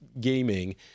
gaming